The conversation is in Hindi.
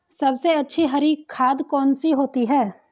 सबसे अच्छी हरी खाद कौन सी होती है?